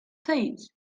please